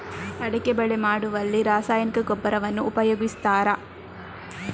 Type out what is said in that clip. ಅಡಿಕೆ ಬೆಳೆ ಮಾಡುವಲ್ಲಿ ರಾಸಾಯನಿಕ ಗೊಬ್ಬರವನ್ನು ಉಪಯೋಗಿಸ್ತಾರ?